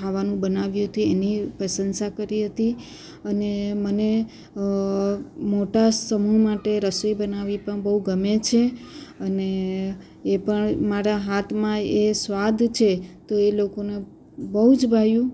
ખાવાનું બનાવ્યું હતું એની પ્રસંશા કરી હતી અને મને મોટા સમૂહ માટે રસોઈ બનાવી પણ બહુ ગમે છે અને એ પણ મારા હાથમાં એ સ્વાદ છે તો એ લોકોને બહુ જ ભાવ્યું